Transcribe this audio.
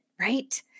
right